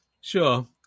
Sure